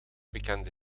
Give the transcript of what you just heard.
bekende